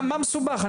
מה מסובך?